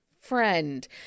friend